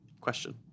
Question